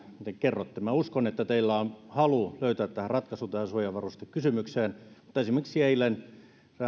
te kerrotte uskon että teillä on halu löytää ratkaisu tähän suojavarustekysymykseen mutta esimerkiksi eilen erään